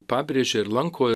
pabrėžia ir lanko